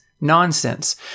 nonsense